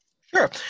Sure